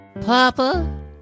Papa